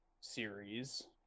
series